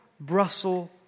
Brussels